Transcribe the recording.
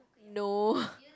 no